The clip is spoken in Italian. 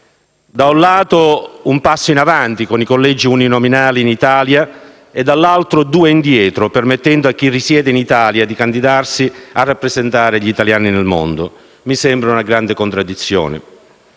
Da un lato un passo in avanti, con i collegi uninominali in Italia, e dall'altro due indietro, permettendo a chi risiede in Italia di candidarsi a rappresentare gli italiani nel mondo. Mi sembra una grande contraddizione.